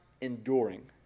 enduring